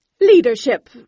leadership